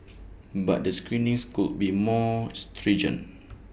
but the screenings could be made more stringent